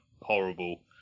horrible